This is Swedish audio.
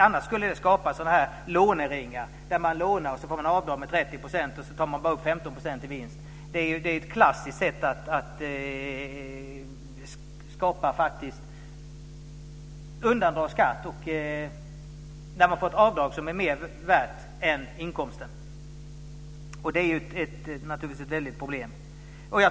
Annars skulle det skapa låneringar där man lånar, får avdrag med 30 % och sedan tar man bara upp 15 % i vinst. Det är ett klassist sätt att undandra skatt när man får göra avdrag som är mera värt än inkomsten. Det är ju naturligtvis ett väldigt problem.